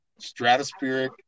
Stratospheric